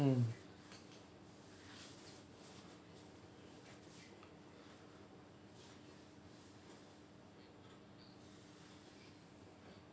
mm